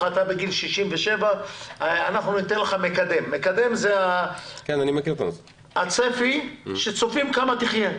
בגיל 67 יתנו לך מקדם, זה הצפי לפי כמה שתחיה.